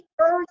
earth